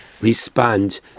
respond